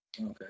Okay